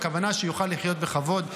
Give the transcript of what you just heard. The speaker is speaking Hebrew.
הכוונה היא שהוא יוכל לחיות בכבוד.